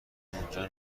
اونجا